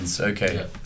Okay